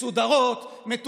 מסודרות, מתוקתקות,